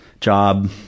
job